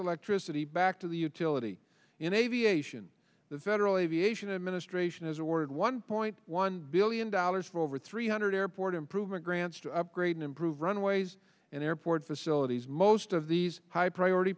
electricity back to the utility in aviation the federal aviation administration has awarded one point one billion dollars for over three hundred airport improvement grants to upgrade improve runways and airport facilities most of these high priority